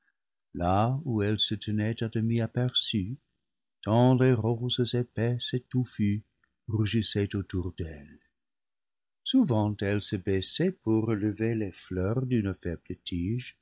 là où elle se tenait à demi aperçue tant les roses épaisses et touffues rougissaient autour d'elle souvent elle se baissait pour relever les fleurs d'une faible tige